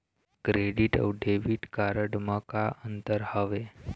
Credit अऊ debit card म का अंतर हावे?